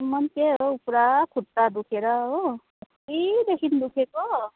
म नि त्यही हो पुरा खुट्टा दुखेर हो अस्तिदेखि दुखेको